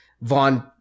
Vaughn